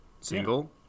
single